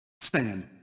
Stand